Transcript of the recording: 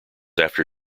after